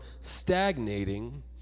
stagnating